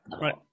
Right